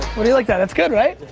what do you like that it's good right?